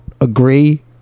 agree